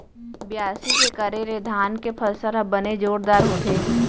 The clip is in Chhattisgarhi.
बियासी के करे ले धान के फसल ह बने जोरदार होथे